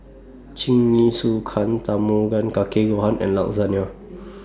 Jingisukan Tamago Kake Gohan and Lasagne